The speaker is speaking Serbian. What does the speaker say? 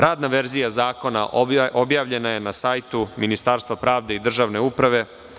Radna verzija zakona objavljena je na sajtu Ministarstva pravde i državne uprave.